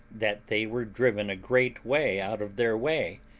that they were driven a great way out of their way,